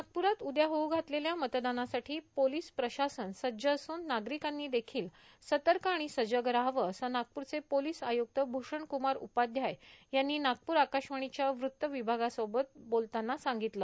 नागप्रात उदया होऊ घातलेल्या मतदानासाठी पोलीस प्रशासन सज्ज असन नागरिकांनी देखील सतर्क आणि सजग राहावं अस नागपूरचे पोलीस आयुक्त भूषणक्मार उपाध्याय यांनी नागपूर आकाशवाणीच्या वृत्त विभागासोबत बोलताना सांगितलं